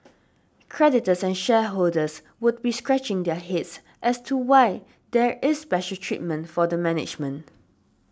creditors and shareholders would be scratching their heads as to why there is special treatment for the management